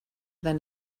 than